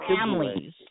families